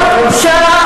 משפט אחרון.